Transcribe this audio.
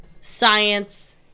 science